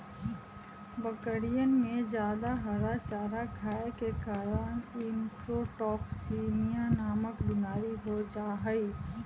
बकरियन में जादा हरा चारा खाये के कारण इंट्रोटॉक्सिमिया नामक बिमारी हो जाहई